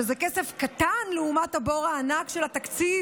שזה כסף קטן לעומת הבור הענק של התקציב